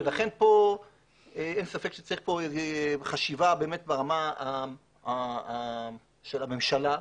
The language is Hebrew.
ולכן אין ספק שצריך חשיבה ברמה של הממשלה,